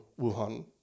Wuhan